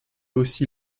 aussi